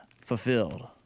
fulfilled